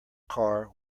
car